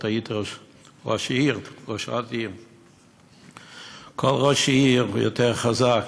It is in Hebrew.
ואת היית ראשת עיר, כל ראש עיר הוא יותר חזק